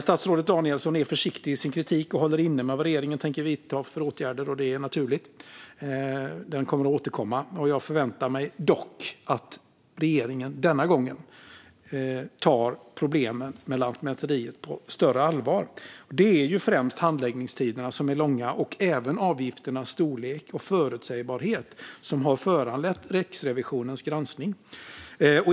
Statsrådet Danielsson är försiktig i sin kritik och håller inne med vad regeringen tänker vidta för åtgärder. Och det är naturligt. Regeringen kommer att återkomma, men jag förväntar mig att regeringen den gången tar problemen med Lantmäteriet på större allvar. Det är ju främst de långa handläggningstiderna och även avgifternas storlek och förutsägbarhet som har föranlett Riksrevisionens granskning.